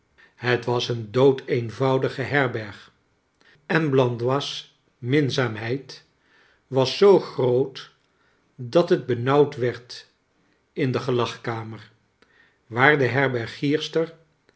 het was een doodeenvoudige herberg en blandois minza amheid was zoo groot dat het benauwd werd in de gelagkamer waar de